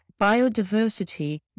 biodiversity